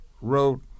wrote